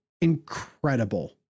incredible